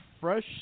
fresh